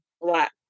Black